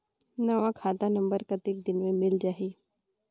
नवा खाता नंबर कतेक दिन मे मिल जाही?